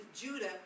Judah